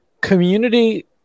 Community